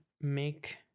make